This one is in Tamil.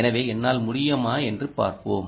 எனவே என்னால் முடியுமா என்று பார்ப்போம்